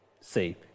see